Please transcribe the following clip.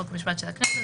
חוק ומשפט של הכנסת,